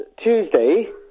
Tuesday